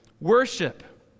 worship